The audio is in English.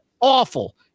awful